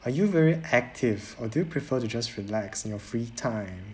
are you very active or do you prefer to just relax in your free time